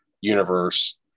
universe